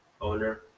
owner